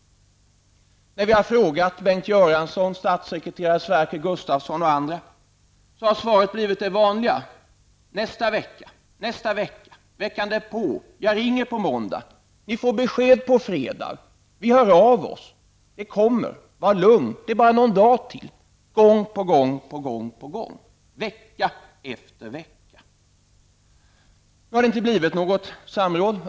När vi har frågat Bengt Göransson, statssekreterare Sverker Gustavsson och andra har svaret blivit det vanliga: Nästa vecka, veckan därpå, jag ringer på måndag, Ni får besked på fredag, vi hör av oss, det kommer, var lugn, om bara någon dag. Gång på gång, vecka efter vecka. Det har inte blivit något samråd.